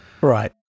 Right